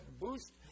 boost